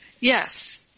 Yes